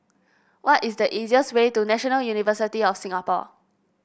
what is the easiest way to National University of Singapore